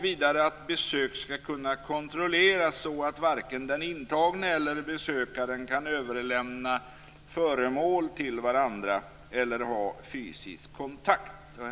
Vidare skall besök kunna kontrolleras så att varken den intagne eller besökaren kan överlämna föremål till den andre eller ha fysisk kontakt.